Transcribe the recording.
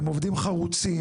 הם עובדים חרוצים,